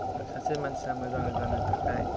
सासे मानसिया मोजाङै जानो थाखाय